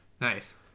Nice